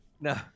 No